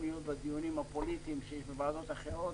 להיות בדיוני הפוליטיים שיש בוועדות אחרות,